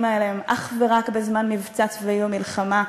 עליהם אך ורק בזמן מבצע צבאי או מלחמה,